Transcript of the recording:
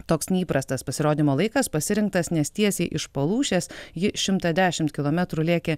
toks neįprastas pasirodymo laikas pasirinktas nes tiesiai iš palūšės ji šimtą dešimt kilometrų lėkė